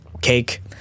cake